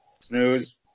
Snooze